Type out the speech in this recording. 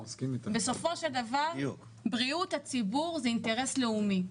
בסופו של דבר בריאות הציבור זה אינטרס לאומי".